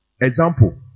Example